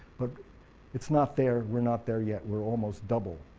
but it's not there, we're not there yet, we're almost double